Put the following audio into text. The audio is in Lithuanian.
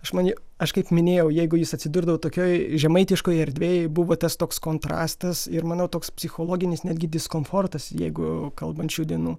žmonių aš kaip minėjau jeigu jis atsidurdavo tokioj žemaitiškoj erdvėj buvo tas toks kontrastas ir manau toks psichologinis netgi diskomfortas jeigu kalbant šių dienų